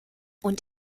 und